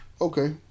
Okay